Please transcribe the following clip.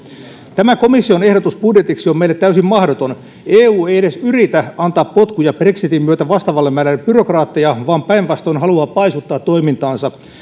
tämä komission ehdotus budjetiksi on meille täysin mahdoton eu ei edes yritä antaa potkuja brexitin myötä vastaavalle määrälle byrokraatteja vaan päinvastoin haluaa paisuttaa toimintaansa